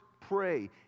pray